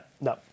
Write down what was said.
no